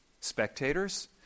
Spectators